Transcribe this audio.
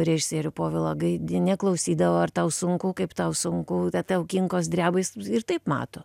režisierių povilą gaidį neklausydavo ar tau sunku kaip tau sunku tau kinkos dreba jis ir taip mato